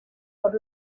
por